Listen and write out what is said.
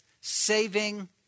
saving